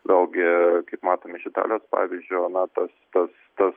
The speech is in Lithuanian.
vėlgi kaip matom iš italijos pavyzdžio na tas tas tas